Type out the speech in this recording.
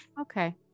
okay